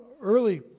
early